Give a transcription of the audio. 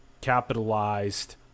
capitalized